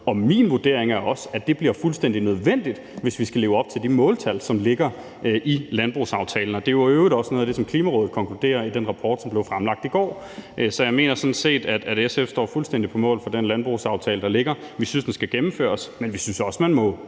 og min vurdering er også, at det bliver fuldstændig nødvendigt, hvis vi skal leve op til de måltal, som ligger i landbrugsaftalen. Det var i øvrigt også noget af det, som Klimarådet konkluderer i den rapport, som blev fremlagt i går. Så jeg mener sådan set, at SF fuldstændig står på mål for den landbrugsaftale, der ligger. Vi synes, den skal gennemføres, men vi synes også, at man